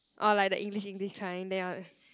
orh like the English English kind then after that